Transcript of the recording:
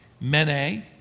Mene